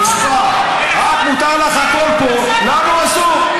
אני פעם אמרתי לך, למה את מדברת פה?